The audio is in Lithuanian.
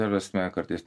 ta prasme kartais